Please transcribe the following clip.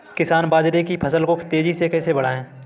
किसान बाजरे की फसल को तेजी से कैसे बढ़ाएँ?